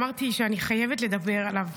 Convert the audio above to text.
אמרתי שאני חייבת לדבר עליו.